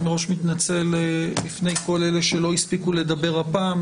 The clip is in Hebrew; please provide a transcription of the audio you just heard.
אני מראש מתנצל בפני כל אלה שלא הספיקו לדבר הפעם,